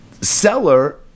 seller